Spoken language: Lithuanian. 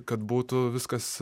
kad būtų viskas